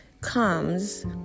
comes